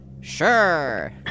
Sure